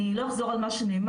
אני לא אחזור על מה שנאמר,